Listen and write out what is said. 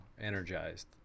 energized